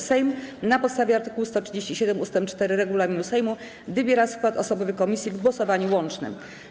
Sejm na podstawie art. 137 ust. 4 regulaminu Sejmu wybiera skład osobowy komisji w głosowaniu łącznym.